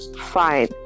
Fine